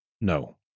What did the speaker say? no